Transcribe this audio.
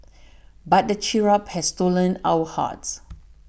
but the cherub has stolen our hearts